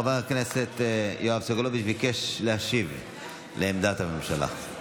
חבר הכנסת יואב סגלוביץ' ביקש להשיב על עמדת הממשלה.